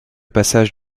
passage